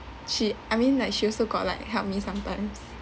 she I mean like she also got like help me sometimes